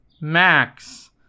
Max